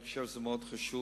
אני חושב שהוא מאוד חשוב,